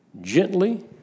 gently